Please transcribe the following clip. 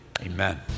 Amen